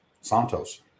Santos